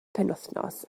penwythnos